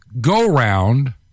go-round